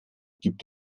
gibt